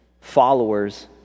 followers